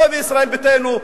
לא מישראל ביתנו,